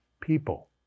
people